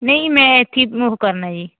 ਨਹੀਂ ਮੈਂ ਇੱਥੇ ਹੀ ਉਹ ਕਰਨਾ ਜੀ